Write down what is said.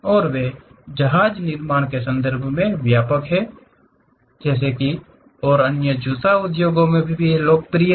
और वे जहाज निर्माण के संदर्भ में व्यापक हैं और अन्य जूता उद्योग भी काफी लोकप्रिय है